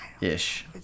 ish